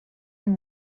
and